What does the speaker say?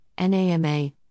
NAMA